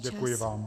Děkuji vám.